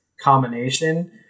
combination